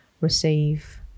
receive